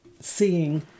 seeing